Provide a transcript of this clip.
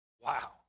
Wow